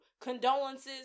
condolences